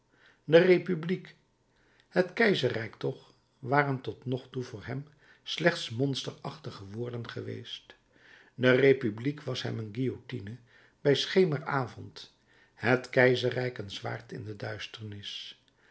de republiek het keizerrijk toch waren tot nog toe voor hem slechts monsterachtige woorden geweest de republiek was hem een guillotine bij schemeravond het keizerrijk een zwaard in de duisternis